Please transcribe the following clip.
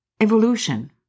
evolution